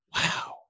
Wow